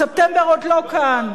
ספטמבר עוד לא כאן.